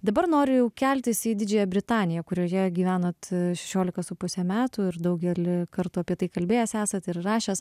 dabar noriu jau keltis į didžiąją britaniją kurioje gyvenot šešiolika su puse metų ir daugelį kartų apie tai kalbėjęs esat ir rašęs